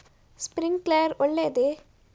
Sprinkler ಒಳ್ಳೇದೇ?